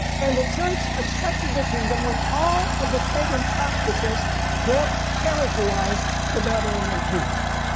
and the church accepted the kingdom with all of the pagan practices that characterized the babylonian priests.